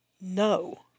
no